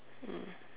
mm